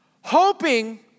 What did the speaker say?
hoping